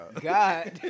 God